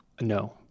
No